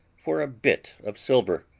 for a bit of silver,